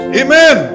amen